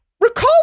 Recall